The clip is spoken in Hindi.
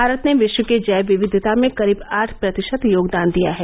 भारत ने विश्व की जैव विविघता में करीब आठ प्रतिशत योगदान दिया है